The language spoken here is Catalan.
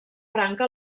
franca